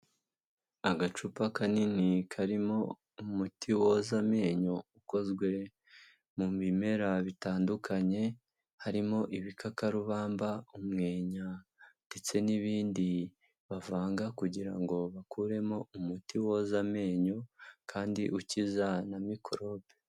Agacupa kanini karimo umuti woza amenyo ukozwe mu bimera bitandukanye, harimo ibikakarubamba, umwenya ndetse n'ibindi bavanga kugira ngo bakuremo umuti woza amenyo kandi ukiza na mikorobe.